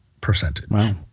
percentage